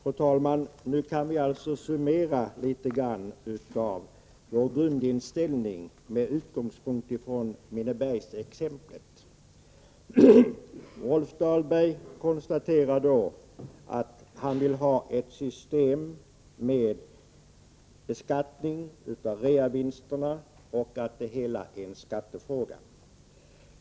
Fru talman! Nu kan vi alltså summera litet av vår grundinställning med utgångspunkt i Minnebergsexemplet. Rolf Dahlberg konstaterar att han vill ha ett system med beskattning av reavinsterna och att det hela är en skattefråga.